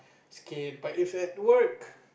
okay but if at work